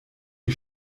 die